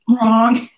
wrong